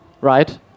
right